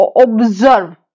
observe